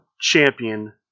champion